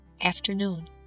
afternoon